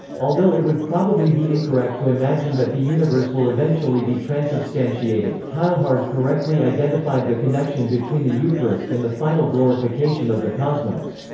although it would probably be incorrect to imagine that the universe will eventually be transubstantiated, teilhard correctly identified the connection between the eucharist and the final glorification of the cosmos.